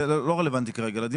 זה לא רלוונטי כרגע לדיון.